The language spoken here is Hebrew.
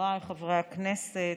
חבריי חברי הכנסת,